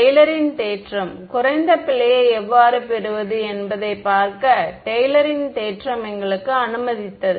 டெய்லரின் தேற்றம் குறைந்த பிழையை எவ்வாறு பெறுவது என்பதைப் பார்க்க டெய்லரின் தேற்றம் Taylor's theorem எங்களுக்கு அனுமதித்தது